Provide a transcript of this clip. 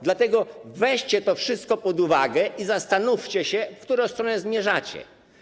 Dlatego weźcie to wszystko pod uwagę i zastanówcie się, w którą stronę zmierzacie.